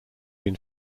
been